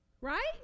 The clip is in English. Right